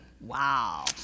Wow